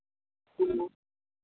ᱦᱮᱸ